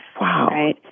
Wow